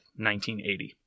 1980